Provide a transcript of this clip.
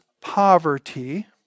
poverty